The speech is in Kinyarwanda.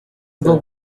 bwo